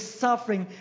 suffering